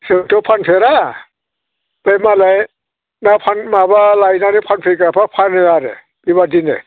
जोंथ' फानफेरा बे मालाय ना फान माबा लायनानै फानफैग्राफ्रा फानो आरो बेबायदिनो